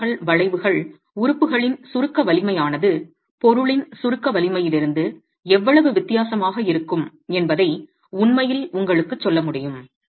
சுமை விலகல் வளைவுகள் உறுப்புகளின் சுருக்க வலிமையானது பொருளின் சுருக்க வலிமையிலிருந்து எவ்வளவு வித்தியாசமாக இருக்கும் என்பதை உண்மையில் உங்களுக்குச் சொல்ல முடியும்